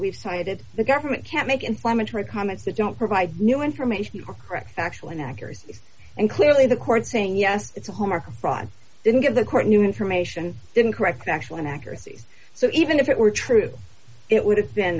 we've cited the government can't make inflammatory comments that don't provide new information or correct factual inaccuracies and clearly the court saying yes it's a home or fraud didn't give the court new information didn't correct the actual inaccuracies so even if it were true it would have been